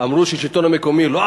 כבוד שר הכלכלה,